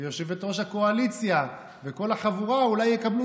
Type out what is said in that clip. ויושבת-ראש הקואליציה וכל החבורה אולי יקבלו